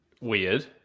Weird